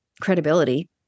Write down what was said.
credibility